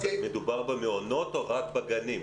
מדובר על מעונות או רק על הגנים?